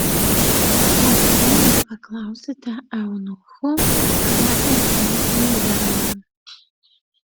kodėl nepaklausiate eunuchų kurie kasdien ten dirba